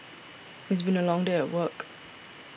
it's been a long day at work